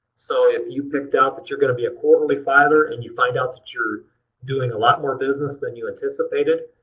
so if you picked out that you're going to be a quarterly filer and you find out that you're doing a lot more business than you anticipated,